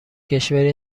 کشوری